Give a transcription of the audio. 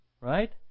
right